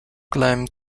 claimed